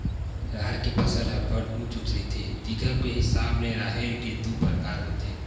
राहेर के फसल ह बड़ उँच उँच रहिथे, दिखब के हिसाब ले राहेर के दू परकार होथे